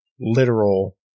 literal